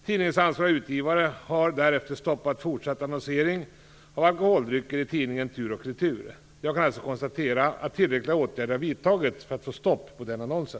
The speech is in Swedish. Tidningens ansvariga utgivare har därefter stoppat fortsatt annonsering för alkoholdrycker i tidningen Tur & Retur. Jag kan alltså konstatera att tillräckliga åtgärder har vidtagits för att få stopp på annonsen.